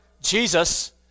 Jesus